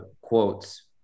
quotes